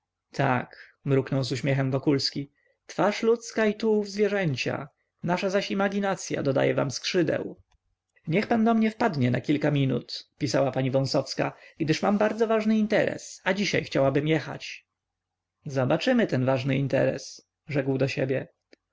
tak mruknął z uśmiechem wokulski twarz ludzka i tułów zwierzęcia nasza zaś imaginacya dodaje wam skrzydeł niech pan do mnie wpadnie na kilka minut pisała pani wąsowska gdyż mam bardzo ważny interes a dzisiaj chciałabym jechać zobaczymy ten ważny interes rzekł do siebie